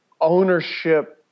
ownership